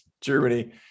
Germany